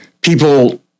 people